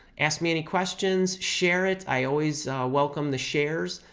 ask me any questions, share it. i always welcome the shares,